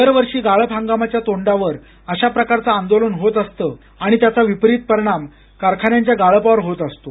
दरवर्षी गाळप हंगामाच्या तोंडावर अशा प्रकारचं आंदोलन होतं असतं आणि त्याचा विपरीत परिणाम कारखान्यांच्या गाळपावर होत असतो